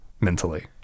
mentally